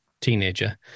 teenager